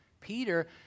Peter